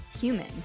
Human